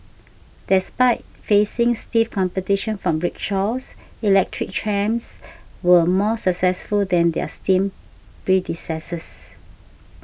despite facing stiff competition from rickshaws electric trams were more successful than their steam predecessors